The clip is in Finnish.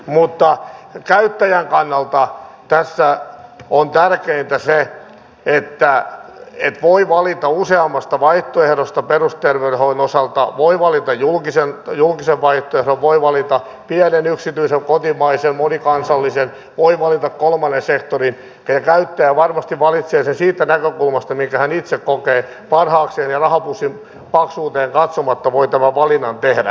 mutta käyttäjän kannalta tässä on tärkeintä se että voi valita useammasta vaihtoehdosta perusterveydenhoidon osalta voi valita julkisen vaihtoehdon voi valita pienen yksityisen kotimaisen monikansallisen voi valita kolmannen sektorin ja käyttäjä varmasti valitsee sen siitä näkökulmasta minkä hän itse kokee parhaakseen ja rahapussin paksuuteen katsomatta voi tämän valinnan tehdä